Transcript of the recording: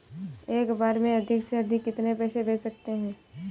एक बार में अधिक से अधिक कितने पैसे भेज सकते हैं?